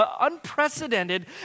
unprecedented